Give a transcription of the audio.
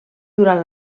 durant